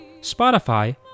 Spotify